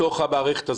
בתוך המערכת הזאת,